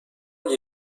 gli